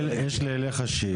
יש לי אליך שאלה.